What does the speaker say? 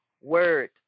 word